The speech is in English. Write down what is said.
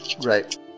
right